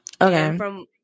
Okay